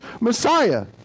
Messiah